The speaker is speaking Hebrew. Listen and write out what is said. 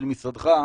של משרדך,